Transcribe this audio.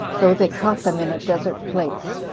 though they caught them in a desert place.